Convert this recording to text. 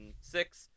six